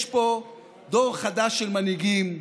יש פה דור חדש של מנהיגים.